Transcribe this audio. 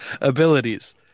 abilities